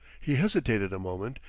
he hesitated a moment,